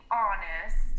honest